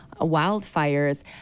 wildfires